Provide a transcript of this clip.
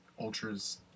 ultras